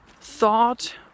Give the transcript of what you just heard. thought